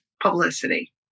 publicity